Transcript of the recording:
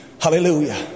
Hallelujah